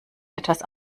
etwas